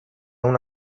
una